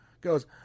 goes